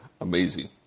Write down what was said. Amazing